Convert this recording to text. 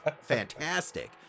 fantastic